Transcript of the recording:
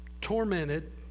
tormented